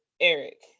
Eric